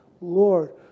lord